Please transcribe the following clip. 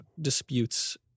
disputes